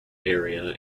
area